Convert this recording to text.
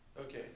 Okay